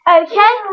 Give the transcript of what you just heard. okay